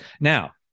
Now